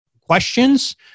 questions